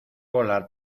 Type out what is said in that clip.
volar